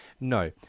No